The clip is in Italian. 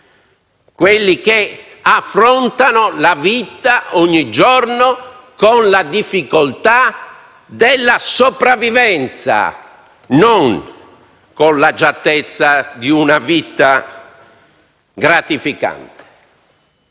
giorno affrontano la vita con la difficoltà della sopravvivenza, non con l'agiatezza di una vita gratificante.